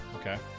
Okay